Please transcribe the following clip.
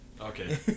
Okay